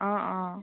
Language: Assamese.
অঁ অঁ